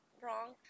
wrong